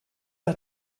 hat